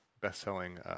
best-selling